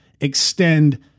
extend